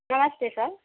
नमस्ते सर